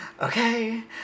Okay